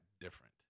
different